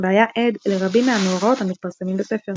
והיה עד לרבים מהמאורעות המתפרסמים בספר.